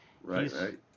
Right